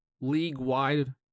league-wide